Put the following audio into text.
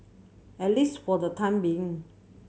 at least for the time being